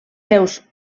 seus